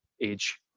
age